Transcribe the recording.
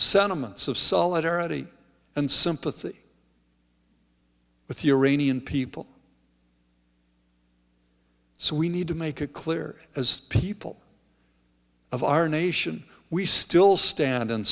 sentiments of solidarity and sympathy with the iranian people so we need to make it clear as people of our nation we still stand in